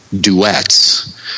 duets